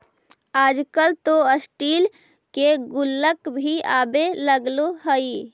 आजकल तो स्टील के गुल्लक भी आवे लगले हइ